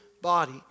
body